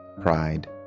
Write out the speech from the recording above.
pride